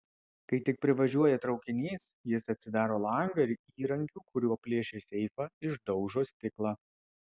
kai tik privažiuoja traukinys jis atsidaro langą ir įrankiu kuriuo plėšė seifą išdaužo stiklą